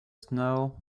snow